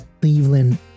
Cleveland